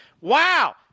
Wow